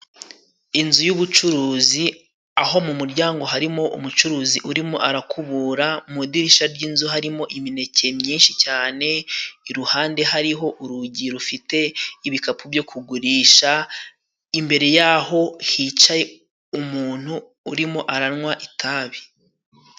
Inzu y'ubucuruzi aho mu muryango harimo umucuruzi urimo arakubura, mu idirishya ry'inzu harimo imineke myinshi cyane ,iruhande hariho urugi rufite ibikapu byo kugurisha, imbere yaho hicaye umuntu urimo aranywa itabi.